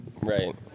right